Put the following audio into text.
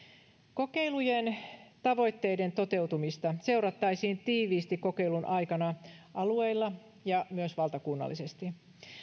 kokeilujen tavoitteiden toteutumista seurattaisiin tiiviisti kokeilun aikana alueilla ja myös valtakunnallisesti